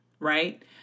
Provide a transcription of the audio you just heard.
right